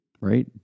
right